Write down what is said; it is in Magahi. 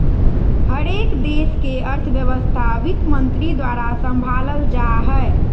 हरेक देश के अर्थव्यवस्था वित्तमन्त्री द्वारा सम्भालल जा हय